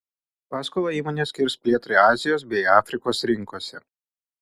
paskolą įmonė skirs plėtrai azijos bei afrikos rinkose